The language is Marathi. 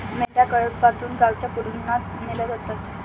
मेंढ्या कळपातून गावच्या कुरणात नेल्या जातात